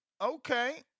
okay